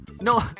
no